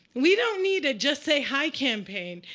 we don't need a just say hi campaign.